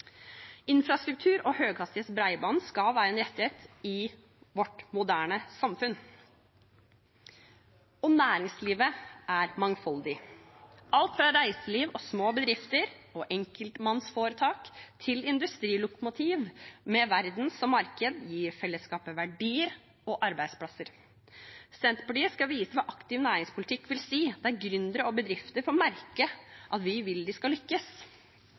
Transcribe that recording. Infrastruktur og høyhastighets bredbånd skal være en rettighet i vårt moderne samfunn. Næringslivet er mangfoldig. Alt fra reiseliv og små bedrifter og enkeltpersonforetak til industrilokomotiv med verden som marked gir fellesskapet verdier og arbeidsplasser. Senterpartiet skal vise hva aktiv næringspolitikk vil si, der gründere og bedrifter får merke at vi vil de skal lykkes.